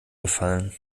befallen